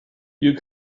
you